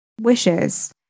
wishes